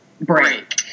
break